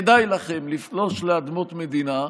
כדאי לכם לפלוש לאדמות מדינה.